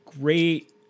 great